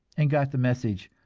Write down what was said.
and got the message,